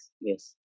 Yes